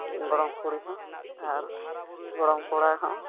ᱜᱚᱲᱚᱢ ᱠᱩᱲᱤ ᱦᱚᱸ ᱟᱨ ᱜᱚᱲᱚᱢ ᱠᱚᱲᱟ ᱦᱚᱸ